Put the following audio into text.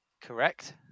Correct